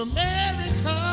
America